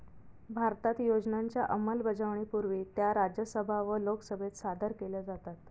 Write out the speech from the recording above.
भारतात योजनांच्या अंमलबजावणीपूर्वी त्या राज्यसभा व लोकसभेत सादर केल्या जातात